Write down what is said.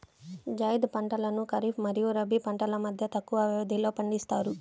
జైద్ పంటలను ఖరీఫ్ మరియు రబీ పంటల మధ్య తక్కువ వ్యవధిలో పండిస్తారు